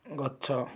ଗଛ